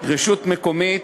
רשות מקומית,